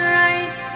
right